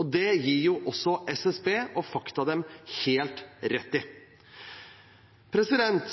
og det gir også SSB og fakta dem helt rett i.